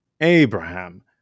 Abraham